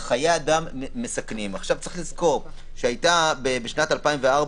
צריך לזכור שבשנת 2004,